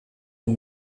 une